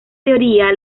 teoría